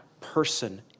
person